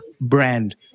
brand